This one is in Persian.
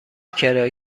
کرایه